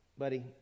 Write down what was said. Buddy